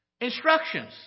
Instructions